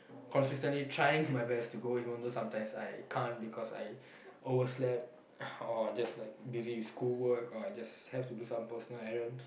consistently trying my best to go even though sometimes I can't because I overslept or just like busy with school work or I just like have to do some personal I don't